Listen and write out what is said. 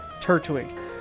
Turtwig